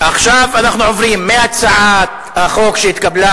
עכשיו אנחנו עוברים מהצעת החוק שהתקבלה